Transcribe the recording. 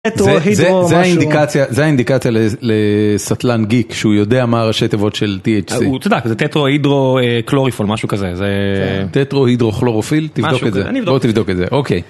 זה האינדיקציה לסטלן גיק שהוא יודע מה הראשי תיבות של THC. הוא צדק, זה טטרו הידרו כלוריפול, משהו כזה. טטרו הידרו כלורופיל, תבדוק את זה, נבדוק את זה.